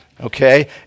okay